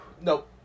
Nope